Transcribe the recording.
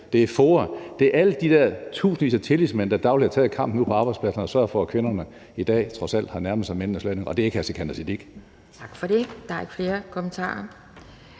det er FOA, det er alle de der tusindvis af tillidsmænd, der dagligt har taget kampen ude på arbejdspladserne og sørget for, at kvinderne i dag trods alt har nærmet sig mændenes løn, og det er ikke hr. Sikandar